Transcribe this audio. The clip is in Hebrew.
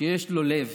שיש לו לב,